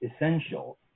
essential